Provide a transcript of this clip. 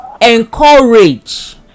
encourage